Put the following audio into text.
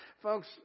Folks